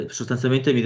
sostanzialmente